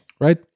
Right